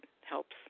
helps